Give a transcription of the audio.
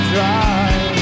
Drive